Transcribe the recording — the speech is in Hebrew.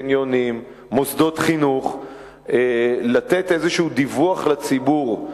קניונים, מוסדות חינוך, לתת דיווח כלשהו לציבור,